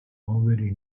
already